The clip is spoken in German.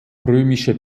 römische